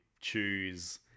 choose